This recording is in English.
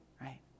right